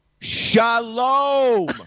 Shalom